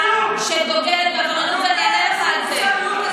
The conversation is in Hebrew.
עד מתי הדו-מוסריות הזאת?